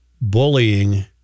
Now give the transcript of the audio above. bullying